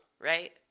right